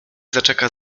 zaczeka